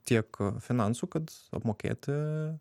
tiek finansų kad apmokėti